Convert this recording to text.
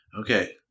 Okay